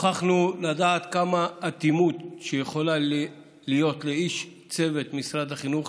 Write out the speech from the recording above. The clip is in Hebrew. נוכחנו לדעת כמה אטימות יכולה להיות לאיש צוות משרד החינוך,